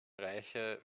reiche